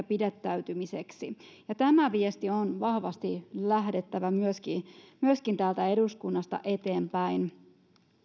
pidättäytymisestä ja tämän viestin on vahvasti lähdettävä myöskin myöskin täältä eduskunnasta eteenpäin